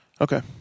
Okay